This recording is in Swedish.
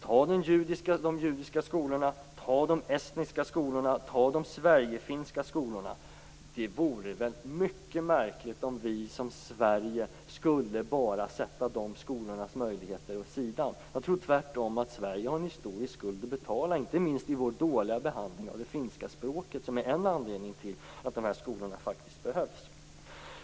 När det gäller de judiska skolorna, de estniska skolorna och de Sverigefinska skolorna vore det mycket märkligt om vi i Sverige bara skulle ställa dessa skolors möjligheter åt sidan. Tvärtom har Sverige en stor skuld att betala, inte minst med tanke på vår dåliga behandling av det finska språket som är en anledning till att sådana skolor behövs.